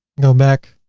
go back.